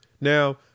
now